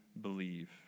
believe